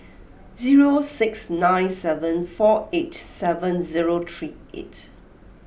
zero six nine seven four eight seven zero three eight